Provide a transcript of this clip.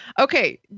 okay